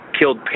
killed